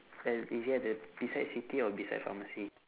uh is it at the beside city or beside pharmacy